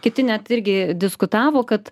kiti net irgi diskutavo kad